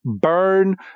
Burn